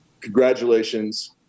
congratulations